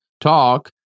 talk